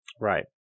right